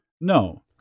No